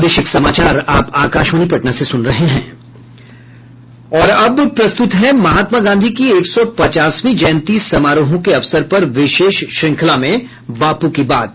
और अब प्रस्तुत है महात्मा गांधी की एक सौ पचासवीं जयंती समारोहों के अवसर पर विशेष श्रृंखला में बापू की बात